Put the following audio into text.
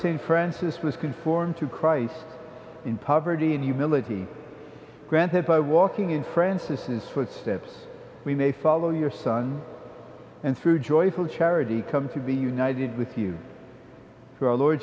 st francis was conformed to christ in poverty and humility granted by walking in frances's footsteps we may follow your son and through joyful charity come to be united with you through our lord